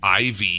IV-